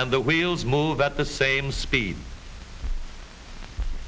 and the wheels move at the same speed